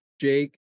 Jake